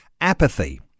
apathy